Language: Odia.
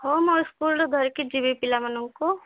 ହଉ ମୋର ସ୍କୁଲ୍ରୁ ଧରିକି ଯିବି ପିଲାମାନଙ୍କୁ